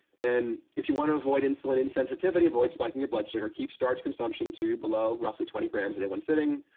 and if you want to avoid insulin insensitivity, avoid spiking your blood sugar. keep starch consumption to below roughly twenty grams in any one sitting,